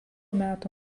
metų